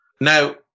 Now